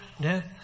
death